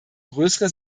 größere